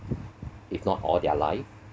if not all their life